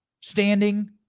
standing